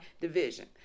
division